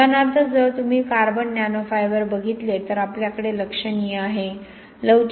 उदाहरणार्थ जर तुम्ही कार्बन नॅनो फायबर बघितले तर आपल्याकडे लक्षणीय आहे